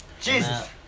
Jesus